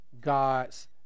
God's